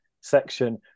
section